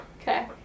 Okay